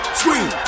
scream